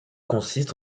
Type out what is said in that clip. consiste